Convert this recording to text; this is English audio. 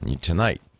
Tonight